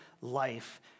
life